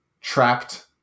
trapped